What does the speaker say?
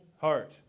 heart